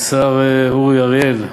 השר אורי אריאל,